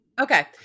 Okay